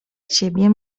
ciebie